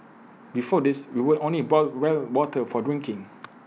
before this we would only boil well water for drinking